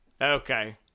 Okay